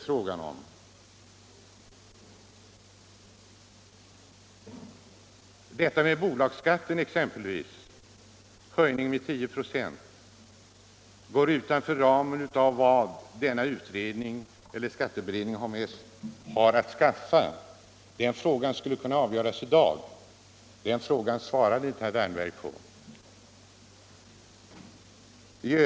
Förslaget om en höjning av bolagsskatten med 10 96 går utanför ramen av vad företagsskatteberedningen har att ta upp. Den frågan skulle kunna avgöras i dag, men det berörde inte herr Wärnberg.